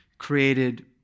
created